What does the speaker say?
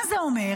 מה זה אומר?